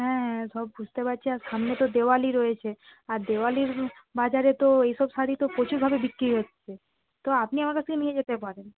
হ্যাঁ সব বুঝতে পারছি আর সামনে তো দেওয়ালি রয়েছে আর দেওয়ালির বাজারে তো এই সব শাড়ি তো প্রচুর ভাবে বিক্রি হচ্ছে তো আপনি আমার কাছ থেকে নিয়ে যেতে পারেন